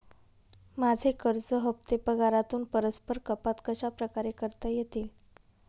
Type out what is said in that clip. माझे कर्ज हफ्ते पगारातून परस्पर कपात कशाप्रकारे करता येतील?